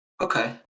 Okay